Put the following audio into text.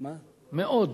מאוד.